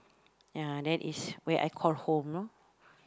ya that is where I call home know